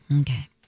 Okay